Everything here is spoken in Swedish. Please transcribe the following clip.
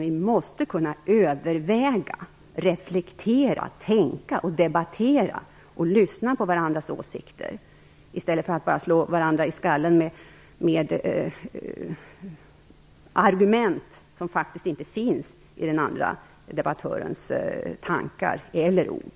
Vi måste kunna överväga, reflektera, tänka och debattera och lyssna på varandras åsikter i stället för att bara slå varandra i skallen med argument som faktiskt inte finns i den andra debattörens tankar eller ord.